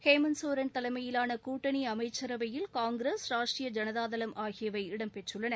ஹேமந்த் சோரன் தலைமையிலான கூட்டணி அமைச்சரவையில் காய்கிரஸ் ராஷ்ட்டரிய ஜனதாதளம் ஆகியவை இடம்பெற்றுள்ளன